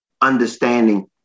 understanding